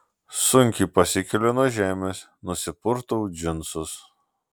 sunkiai pasikeliu nuo žemės nusipurtau džinsus